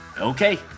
Okay